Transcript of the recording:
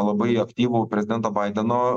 labai aktyvų prezidento baideno